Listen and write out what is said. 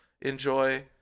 enjoy